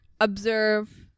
observe